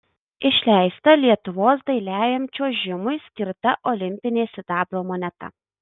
išleista lietuvos dailiajam čiuožimui skirta olimpinė sidabro moneta